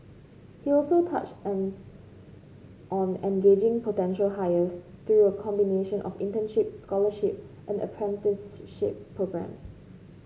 he also touched an on engaging potential hires through a combination of internship scholarship and apprenticeship programmes